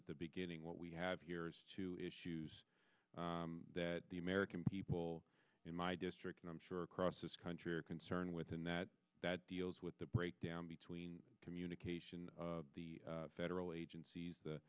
at the beginning what we have here is two issues that the american people in my district and i'm sure across this country are concerned with and that that deals with the breakdown between communication the federal agencies the